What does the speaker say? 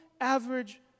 average